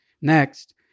Next